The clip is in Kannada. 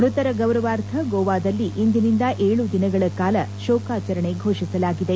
ಮ್ಬತರ ಗೌರವಾರ್ಥ ಗೋವಾದಲ್ಲಿ ಇಂದಿನಿಂದ ಏಳು ದಿನಗಳ ಕಾಲ ಶೋಕಾಚರಣೆ ಘೋಷಿಸಲಾಗಿದೆ